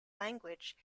language